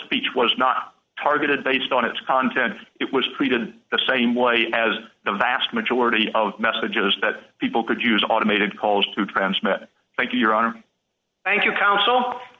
speech was not targeted based on its content it was presented the same way as the vast majority of messages that people could use automated calls to transmit thank you your honor thank you counsel